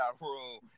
room